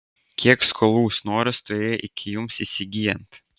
kiek skolų snoras turėjo iki jums įsigyjant